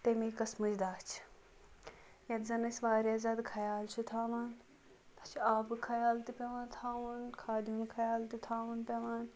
تمے قٕسمٕچ دَچھ یَتھ زن أسۍ واریاہ زیادٕ خیال چھِ تھوان أسۍ تتھ چھِ آبُک خیال تہِ پیٚوان تھوُن کھادِ ہُند خیال تہِ تھوُن پیٚوان